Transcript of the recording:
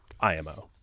IMO